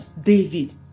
David